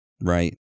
right